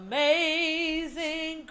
Amazing